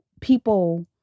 people